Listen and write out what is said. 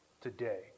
today